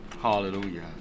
Hallelujah